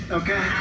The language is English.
okay